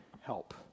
help